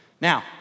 Now